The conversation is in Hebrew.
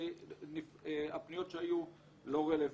כי הפניות שהיו לא רלוונטיות?